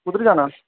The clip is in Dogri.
कुद्धर जाना